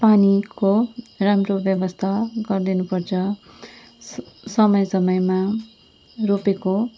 पानीको राम्रो व्यवस्था गरिदिनु पर्छ स समय समयमा रोपेको